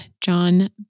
John